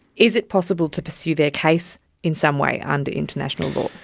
is it possible to pursue their case in some way under international law?